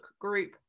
group